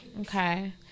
Okay